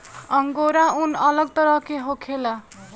angora ऊन अलग तरह के होखेला